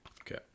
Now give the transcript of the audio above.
Okay